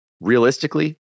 realistically